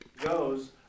goes